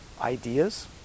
ideas